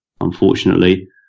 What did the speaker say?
unfortunately